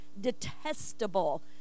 detestable